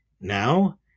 Now